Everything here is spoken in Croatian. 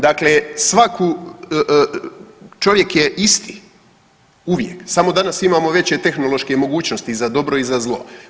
Dakle, svaku čovjek je isti uvijek samo danas imamo veće tehnološke mogućnosti za dobro i za zlo.